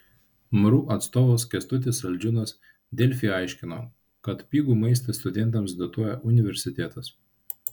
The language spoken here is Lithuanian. mru atstovas kęstutis saldžiūnas delfi aiškino kad pigų maistą studentams dotuoja universitetas